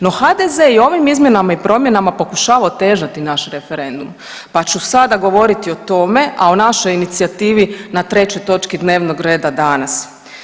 No HDZ i ovim izmjenama i promjenama pokušava otežati naš referendum, pa ću sada govoriti o tome, a o našoj inicijativi na trećoj točki dnevnog reda danas.